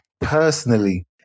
personally